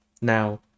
Now